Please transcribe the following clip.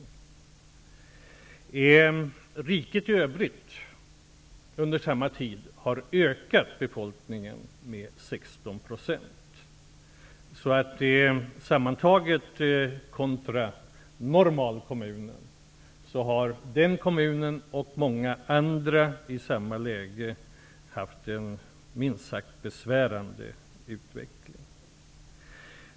I riket i övrigt har befolkningen under samma tid ökat med 16 %. Sammantaget och kontra en normalkommun har Åsele kommun, liksom många andra kommuner i motsvarande läge, haft en minst sagt besvärande utveckling.